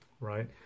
Right